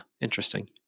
interesting